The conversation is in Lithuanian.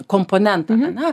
komponentą ane